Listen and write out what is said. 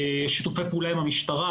שיתופי פעולה עם המשטרה,